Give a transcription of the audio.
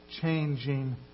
changing